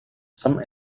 some